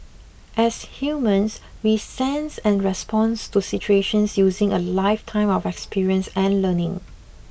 as humans we sense and respond to situations using a lifetime of experience and learning